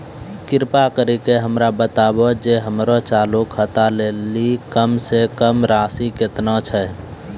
कृपा करि के हमरा बताबो जे हमरो चालू खाता लेली कम से कम राशि केतना छै?